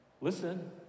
Listen